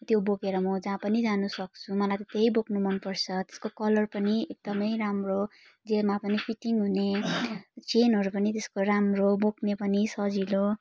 त्यो बोकेर म जहाँ पनि जान सक्छु मलाई त त्यही बोक्न मन पर्छ त्यसको कलर पनि एकदम राम्रो जेमा पनि फिटिङ हुने चेनहरू पनि त्यसको राम्रो बोक्ने पनि सजिलो